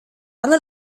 على